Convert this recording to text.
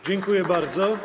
Dziękuję bardzo.